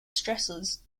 stresses